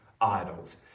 Idols